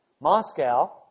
Moscow